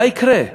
מה יקרה?